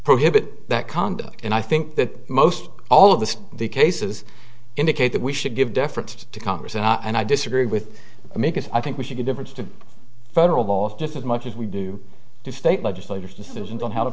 prohibit that conduct and i think that most all of the cases indicate that we should give deference to congress and i disagree with me because i think we should do difference to federal law just as much as we do to state legislators decisions on how to